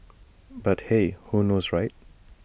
but hey who knows right